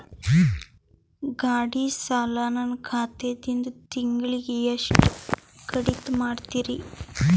ಗಾಢಿ ಸಾಲ ನನ್ನ ಖಾತಾದಾಗಿಂದ ತಿಂಗಳಿಗೆ ಎಷ್ಟು ಕಡಿತ ಮಾಡ್ತಿರಿ?